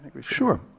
Sure